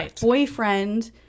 boyfriend